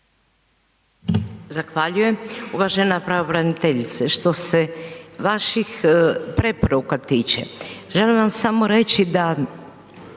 Zahvaljujem. Uvažena pravobraniteljice. Što se vaših preporuka tiče, želim vam samo reći da,